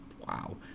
Wow